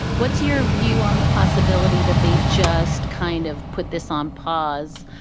what's your view on the possibility that they just kind of put this on pause,